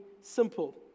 simple